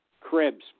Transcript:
Cribs